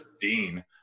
Dean